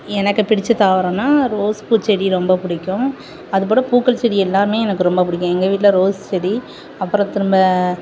எனக்கு பிடிச்ச தாவரம்ன்னா ரோஸ் பூச்செடி ரொம்ப பிடிக்கும் அதுப்போல் பூக்கள் செடி எல்லாம் எனக்கு ரொம்ப பிடிக்கும் எங்கள் வீட்டில் ரோஸ் செடி அப்புறம் திரும்ப